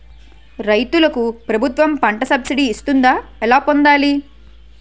రైతులకు ప్రభుత్వం పంట సబ్సిడీ ఇస్తుందా? ఎలా పొందాలి?